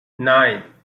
nine